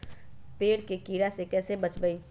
पेड़ के कीड़ा से कैसे बचबई?